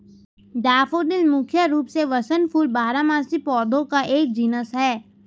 daffodil मुख्य रूप से वसंत फूल बारहमासी पौधों का एक जीनस है